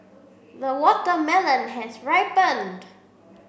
the watermelon has ripened